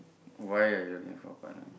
why are you looking for a partner